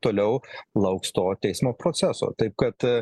toliau lauks to teismo proceso taip kad